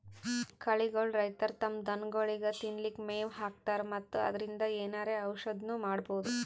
ಕಳಿಗೋಳ್ ರೈತರ್ ತಮ್ಮ್ ದನಗೋಳಿಗ್ ತಿನ್ಲಿಕ್ಕ್ ಮೆವ್ ಹಾಕ್ತರ್ ಮತ್ತ್ ಅದ್ರಿನ್ದ್ ಏನರೆ ಔಷದ್ನು ಮಾಡ್ಬಹುದ್